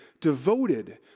devoted